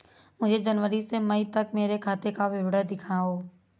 मुझे जनवरी से मई तक मेरे खाते का विवरण दिखाओ?